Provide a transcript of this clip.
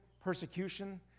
persecution